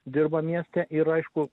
dirba mieste ir aišku